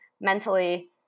mentally